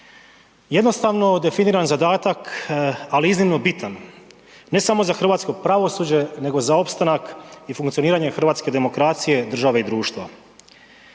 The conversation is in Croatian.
Jednostavno definiran zadatak, ali iznimno bitan, ne samo za hrvatsko pravosuđe nego za opstanak i funkcioniranje hrvatske demokracije, države i društva.